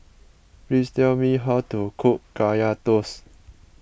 please tell me how to cook Kaya Toast